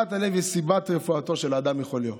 שמחת הלב, היא סיבת רפואתו של האדם מחוליו.